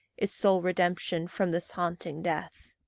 is sole redemption from this haunting death.